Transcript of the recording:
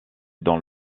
dans